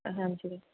ਹਾਂਜੀ